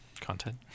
content